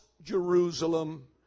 Jerusalem